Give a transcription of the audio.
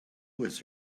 with